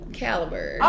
caliber